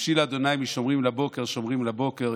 נפשי לה' משמרים לבקר שמרים לבוקר.